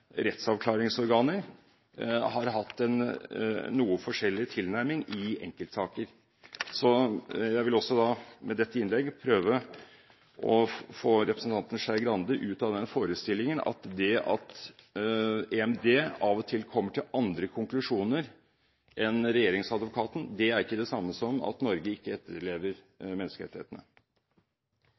rettsavklaringsorganer har hatt en noe forskjellig tilnærming i enkeltsaker. Derfor vil jeg med dette innlegget også prøve å få representanten Skei Grande ut av forestillingen om at det faktum at EMD av og til kommer til andre konklusjoner enn regjeringsadvokaten, er det samme som at Norge ikke etterlever menneskerettighetene.